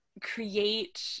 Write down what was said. create